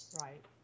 right